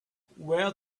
where